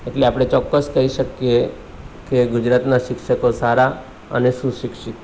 એટલે આપણે ચોક્કસ કહી શકીએ કે ગુજરાતના શિક્ષકો સારા અને સુશિક્ષિત છે